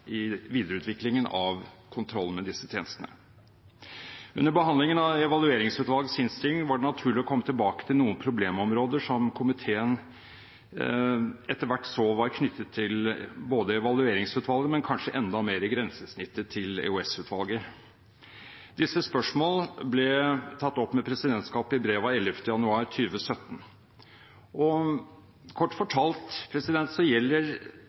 i videreutviklingen av kontrollen med disse tjenestene. Under behandlingen av Evalueringsutvalgets innstilling var det naturlig å komme tilbake til noen problemområder som komiteen etter hvert så var knyttet til Evalueringsutvalget, men kanskje enda mer i grensesnittet til EOS-utvalget. Disse spørsmål ble tatt opp med presidentskapet i brev av 11. januar 2017. Kort fortalt gjelder